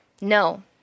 No